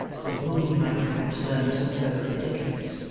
from whom he might perhaps learn some further particulars.